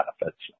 benefits